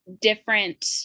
different